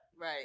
Right